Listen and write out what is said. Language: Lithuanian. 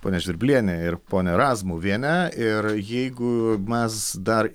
ponia žvirbliene ir ponia razmuviene ir jeigu mes dar